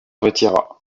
retira